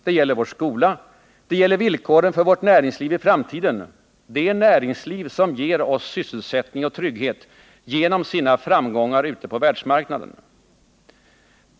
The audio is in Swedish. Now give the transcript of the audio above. Det gäller vår skola. Det gäller villkoren för vårt näringsliv i framtiden — det näringsliv som ger oss sysselsättning och trygghet genom sina framgångar ute på världsmarknaden.